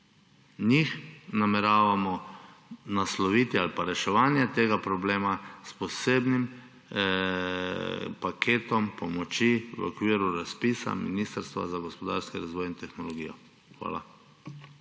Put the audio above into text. Njih nameravamo nasloviti ali pa reševanje tega problema s posebnim paketom pomoči v okviru razpisa Ministrstva za gospodarski razvoj in tehnologijo. Hvala.